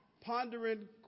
pondering